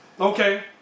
Okay